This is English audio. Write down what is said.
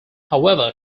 however